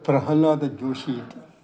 प्रहल्लादजोषि इति